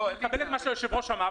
אני מקבל את מה שהיושב-ראש אמר,